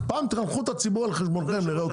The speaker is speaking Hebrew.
פעם תחנכו את הציבור על חשבונכם, נראה אתם.